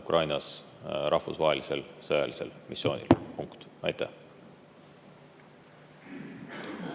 Ukrainas rahvusvahelisel sõjalisel missioonil. Punkt.